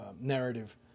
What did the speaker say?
narrative